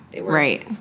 Right